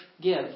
give